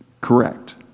Correct